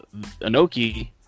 Anoki